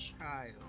child